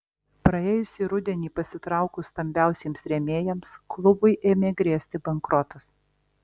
praėjusį rudenį pasitraukus stambiausiems rėmėjams klubui ėmė grėsti bankrotas